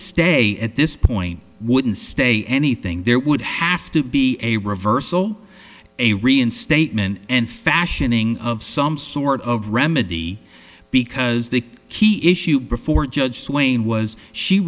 stay at this point wouldn't stay anything there would have to be a reversal a reinstatement and fashioning of some sort of remedy because the key issue before judge swain was she